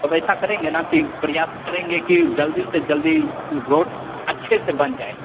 अब ऐसा करेंगे न कि प्रयास करेंगे कि जल्दी से जल्दी रोड अच्छे से बन जाये